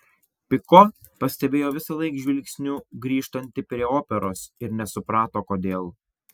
piko pastebėjo visąlaik žvilgsniu grįžtanti prie operos ir nesuprato kodėl